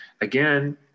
again